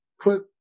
put –